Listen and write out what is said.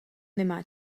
nemá